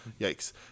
Yikes